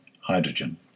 hydrogen